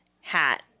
hat